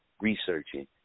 researching